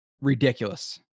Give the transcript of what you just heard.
ridiculous